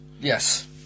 Yes